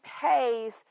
pays